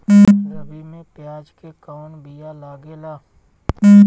रबी में प्याज के कौन बीया लागेला?